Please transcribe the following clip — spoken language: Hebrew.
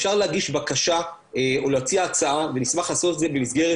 אפשר להגיש בקשה או להציע הצעה ונשמח לעשות את זה במסגרת